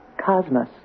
Cosmos